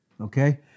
okay